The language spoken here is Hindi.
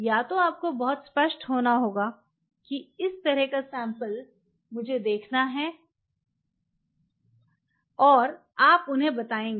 या तो आपको बहुत स्पष्ट होना होगा कि इस तरह का सैंपल मुझे देखना है और आप उन्हें बताएंगे